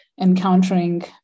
encountering